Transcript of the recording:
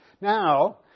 Now